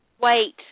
Wait